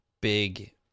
big